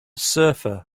surfer